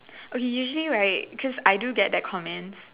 okay usually right cause I do get that comments